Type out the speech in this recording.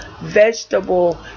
vegetable